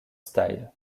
style